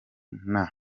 nta